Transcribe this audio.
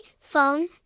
phone